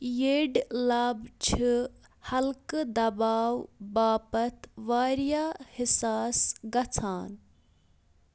یٔڑۍ لَب چھِ حلقہٕ دَباو باپَتھ واریاہ حِساس گژھان